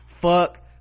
fuck